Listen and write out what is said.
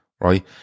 Right